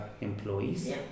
employees